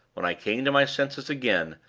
when i came to my senses again,